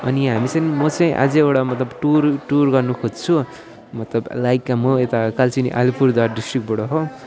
अनि हामी चाहिँ म चाहिँ अझै एउटा मतलब टुर टुर गर्नु खोज्छु मतलब लाइक म यता कालचिनी अलिपुरद्वार डिस्ट्रिकबाट हो